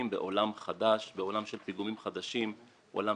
בעולם של בטיחות ופיגומים חדשים בעלי